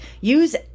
Use